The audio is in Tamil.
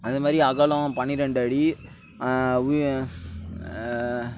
அந்த மாதிரி அகலம் பன்னிரெண்டு அடி உயி